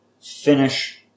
finish